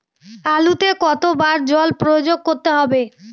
আলুতে কতো বার জল প্রয়োগ করতে হবে?